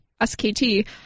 SKT